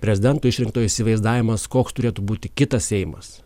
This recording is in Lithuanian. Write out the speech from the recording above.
prezidento išrinktojo įsivaizdavimas koks turėtų būti kitas seimas